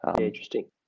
interesting